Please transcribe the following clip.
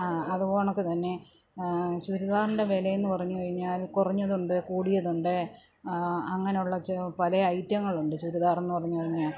ആ അത് കണക്ക് തന്നെ ചുരിദാറിൻ്റെ വില എന്ന് പറഞ്ഞു കഴിഞ്ഞാൽ കുറഞ്ഞതുണ്ട് കൂടിയതുണ്ട് അങ്ങനെയുള്ള പല ഐറ്റങ്ങളുണ്ട് ചുരിദാർ എന്ന് പറഞ്ഞു കഴിഞ്ഞാൽ